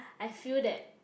I feel that